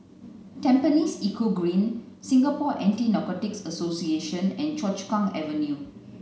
Tampines Eco Green Singapore Anti Narcotics Association and Choa Chu Kang Avenue